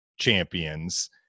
champions